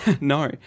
No